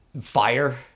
Fire